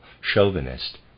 chauvinist